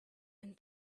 and